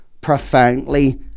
profoundly